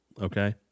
okay